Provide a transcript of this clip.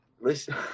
listen